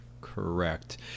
correct